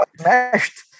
Smashed